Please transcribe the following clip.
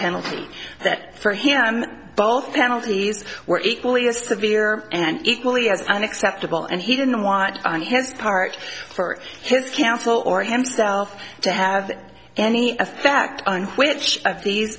penalty that for him both penalties were equally as severe and equally as unacceptable and he didn't want on his part for his counsel or himself to have any effect on which of these